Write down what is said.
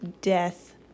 death